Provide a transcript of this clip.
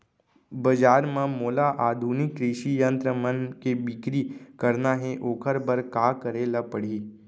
बजार म मोला आधुनिक कृषि यंत्र मन के बिक्री करना हे ओखर बर का करे ल पड़ही?